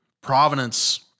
Providence